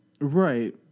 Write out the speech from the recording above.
Right